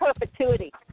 perpetuity